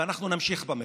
ואנחנו נמשיך במחאה,